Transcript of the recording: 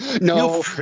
No